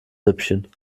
süppchen